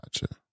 gotcha